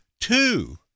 two